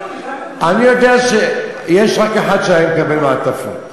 אני יודע שיש רק אחד שהיה מקבל מעטפות.